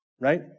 right